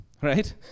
Right